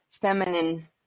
feminine